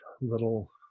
little